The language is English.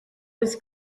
was